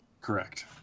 Correct